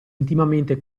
intimamente